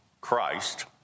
Christ